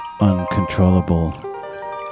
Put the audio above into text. uncontrollable